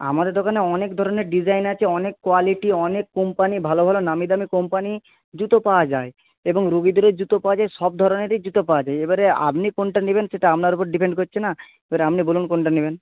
আমাদের দোকানে অনেক ধরনের ডিজাইন আছে অনেক কোয়ালিটি অনেক কোম্পানি ভালো ভালো নামীদামি কোম্পানি জুতো পাওয়া যায় এবং রোগীদেরও জুতো পাওয়া যায় সবধরনেরই জুতো পাওয়া যায় এবারে আপনি কোনটা নেবেন সেটা আপনার ওপর ডিপেন্ড করছে না এবারে আপনি বলুন কোনটা নেবেন